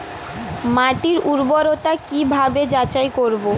মাটির উর্বরতা কি ভাবে যাচাই করব?